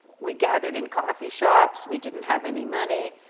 we gathered in coffee shops, we didn't have any money,